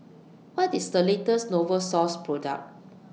What IS The latest Novosource Product